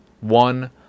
one